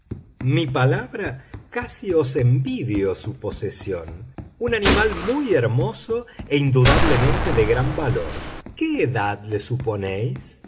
mi palabra casi os envidio su posesión un animal muy hermoso e indudablemente de gran valor qué edad le suponéis